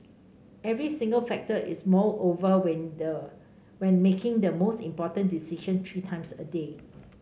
every single factor is mulled over when the when making the most important decision three times a day